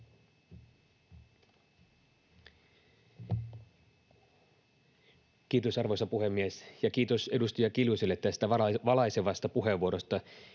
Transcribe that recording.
Kiitos, arvoisa puhemies! Ja kiitos edustaja Kiljuselle tästä valaisevasta puheenvuorosta.